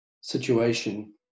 situation